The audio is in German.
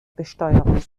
besteuerung